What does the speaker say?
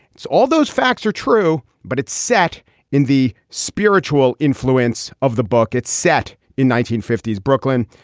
it's all those facts are true but it's set in the spiritual influence of the book. it's set in nineteen fifty s brooklyn.